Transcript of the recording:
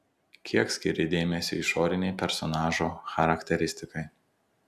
kiek skiri dėmesio išorinei personažo charakteristikai